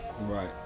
right